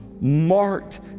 marked